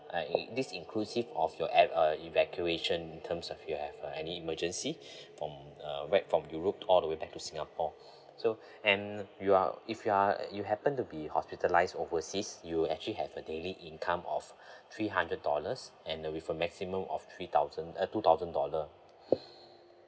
and it this inclusive of your air~ uh evacuation in terms of you have uh any emergency from uh back from europe to all the way back to singapore so and you are if you are you happen to be hospitalised overseas you'll actually have a daily income of three hundred dollars and uh with a maximum of three thousand uh two thousand dollar